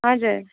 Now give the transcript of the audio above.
हजुर